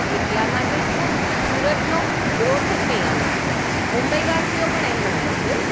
એટલા માટે તો સુરતનો ગ્રોથ જ કંઈ અલગ છે મુંબઈવાસીઓ પણ એમ માને છે